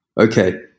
Okay